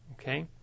okay